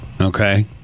Okay